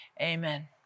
amen